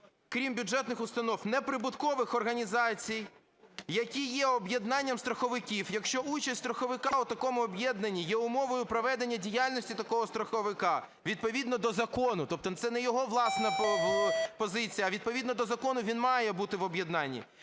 "крім бюджетних установ, неприбуткових організацій, які є об'єднанням страховиків, якщо участь страховика у такому об'єднанні є умовою проведення діяльності такого страховика відповідно до закону, - тобто це не його власна позиція, а відповідно до закону він має бути в об'єднанні,